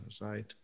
right